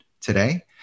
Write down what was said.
today